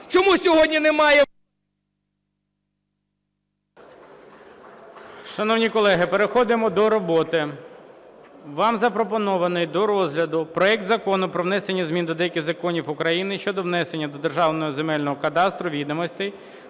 Чому сьогодні немає…